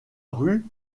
rue